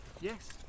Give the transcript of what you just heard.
yes